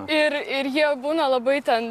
ir ir jie būna labai ten